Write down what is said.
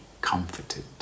comforted